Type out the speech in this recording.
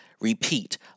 repeat